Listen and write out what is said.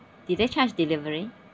did they charge delivery